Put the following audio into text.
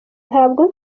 ntabwo